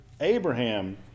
abraham